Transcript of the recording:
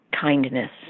kindness